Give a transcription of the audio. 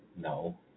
no